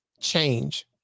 change